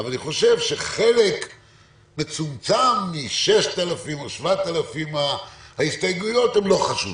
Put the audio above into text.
אבל אני חושב שחלק מצומצם מ-7,000-6,000 ההסתייגויות הן חשובות.